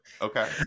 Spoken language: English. Okay